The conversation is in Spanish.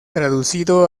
traducido